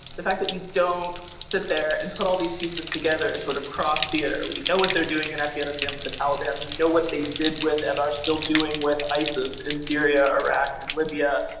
the fact that we don't sit there and put all these pieces together, sort of cross theater. we know what they're doing in afghanistan with the taliban. we know what they did with and our still doing with isis in syria, iraq and libya.